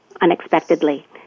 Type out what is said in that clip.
unexpectedly